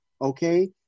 okay